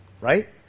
Right